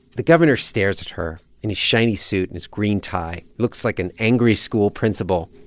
the governor stares at her in his shiny suit and his green tie looks like an angry school principal,